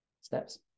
steps